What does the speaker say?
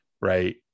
right